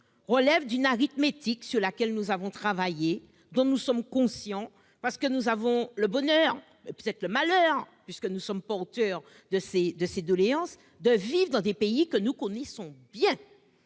relèvent d'une arithmétique sur laquelle nous avons travaillé et dont nous sommes conscients, parce que nous avons le bonheur- peut-être aussi le malheur, car nous sommes porteurs de leurs doléances -de vivre dans des pays que nous connaissons bien